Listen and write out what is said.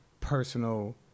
personal